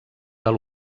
del